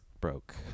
broke